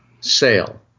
sale